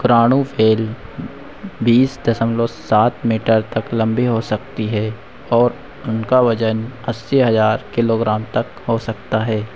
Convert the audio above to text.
शुक्राणु व्हेल बीस दशमलव सात मीटर तक लंबी हो सकती है और उनका वज़न अस्सी हज़ार किलोग्राम तक हो सकता है